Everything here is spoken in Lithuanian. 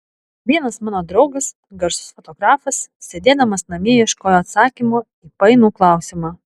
vienas mano draugas garsus fotografas sėdėdamas namie ieškojo atsakymo į painų klausimą